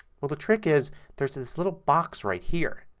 well, the trick is there's this little box right here.